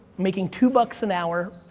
making two bucks an hour,